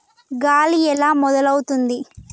గాలి ఎలా మొదలవుతుంది?